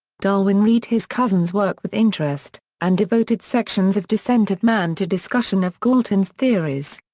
darwin read his cousin's work with interest, and devoted sections of descent of man to discussion of galton's theories.